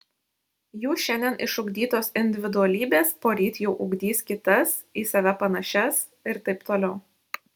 jų šiandien išugdytos individualybės poryt jau ugdys kitas į save panašias ir taip toliau